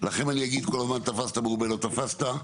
לכם אני אגיד שתפסת מרובה לא תפסת.